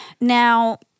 now